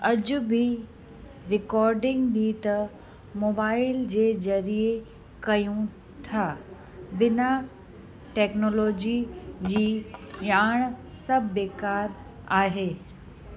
अॼु बि रिकॉर्डिंग बि त मोबाइल जे ज़रिए कयूं था बिना टेक्नोलॉजी जी याण सभु बेक़ार आहे